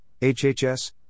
HHS